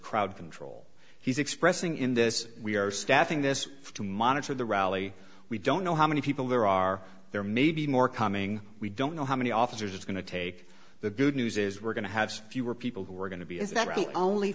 crowd control he's expressing in this we are staffing this to monitor the rally we don't know how many people there are there may be more coming we don't know how many officers it's going to take the good news is we're going to have fewer people who are going to be i